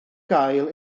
gael